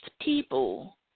people